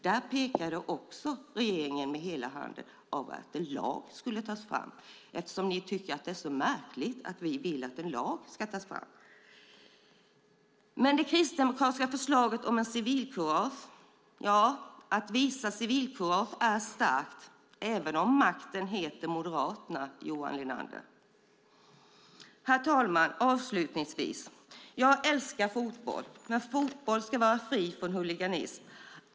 Där pekade också regeringen med hela handen mot att en lag skulle tas fram - eftersom ni tycker att det är så märkligt att en lag tas fram. Det fanns ett kristdemokratiskt förslag om att införa en lag om civilkurage. Att visa civilkurage är starkt även om makten heter Moderaterna, Johan Linander. Herr talman! Jag älskar fotboll, men fotboll ska vara fri från huliganism.